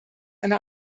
eine